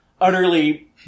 utterly